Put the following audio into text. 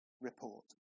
report